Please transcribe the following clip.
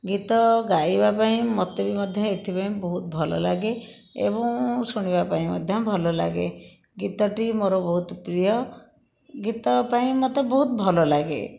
ଗୀତ ଗାଇବା ପାଇଁ ମୋତେ ବି ମଧ୍ୟ ଏଥିପାଇଁ ବହୁତ ଭଲ ଲାଗେ ଏବଂ ମୁଁ ଶୁଣିବା ପାଇଁ ମଧ୍ୟ ଭଲ ଲାଗେ ଗୀତଟି ମୋର ବହୁତ ପ୍ରିୟ ଗୀତ ପାଇଁ ମୋତେ ବହୁତ ଭଲ ଲାଗେ